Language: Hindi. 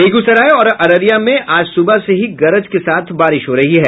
बेगूसराय और अररिया में आज सुबह से ही गरज के साथ बारिश हो रही है